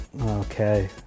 Okay